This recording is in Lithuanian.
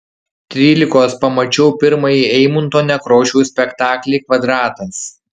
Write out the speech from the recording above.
trylikos pamačiau pirmąjį eimunto nekrošiaus spektaklį kvadratas